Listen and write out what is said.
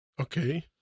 Okay